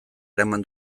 eraman